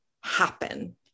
happen